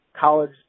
college